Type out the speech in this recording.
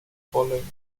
following